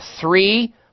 three